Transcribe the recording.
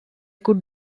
could